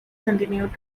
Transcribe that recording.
continued